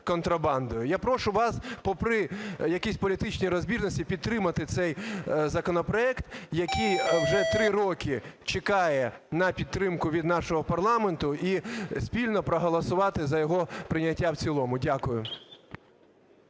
Я прошу вас, попри якісь політичні розбіжності, підтримати цей законопроект, який вже 3 роки чекає на підтримку від нашого парламенту, і спільно проголосувати за його прийняття в цілому. Дякую.